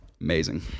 amazing